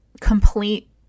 complete